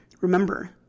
remember